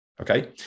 Okay